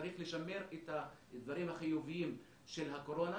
צריך לשמר את הדברים החיוביים של הקורונה